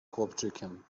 chłopczykiem